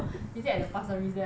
is it at the pasir ris there [one]